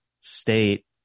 state